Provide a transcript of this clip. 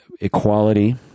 equality